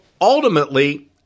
ultimately